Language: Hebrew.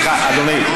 סליחה, אדוני.